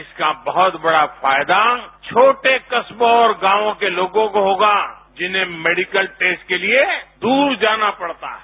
इसका बहुत बड़ा फायदा छोटे कस्बों और गांवों को होगा जिन्हें मेडिकल टेस्ट के लिए दूर जाना पड़ता है